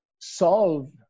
solve